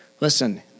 Listen